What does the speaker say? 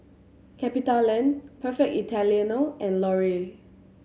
CapitaLand Perfect Italiano and Laurier